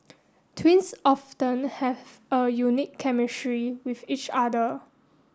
twins often have a unique chemistry with each other